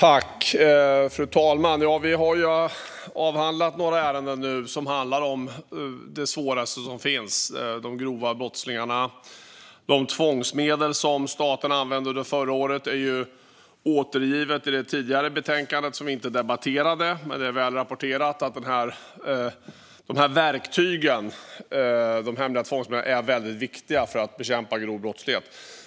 Fru talman! Vi har nu avhandlat några ärenden som handlar om det svåraste som finns, de grova brottslingarna. De tvångsmedel som staten använde under förra året finns återgivna i det föregående betänkandet, som vi inte debatterade. Men det är väl rapporterat att de här verktygen, de hemliga tvångsmedlen, är väldigt viktiga för att bekämpa grov brottslighet.